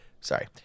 sorry